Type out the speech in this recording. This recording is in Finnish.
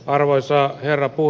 arvoisa herra huu